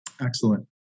Excellent